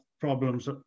problems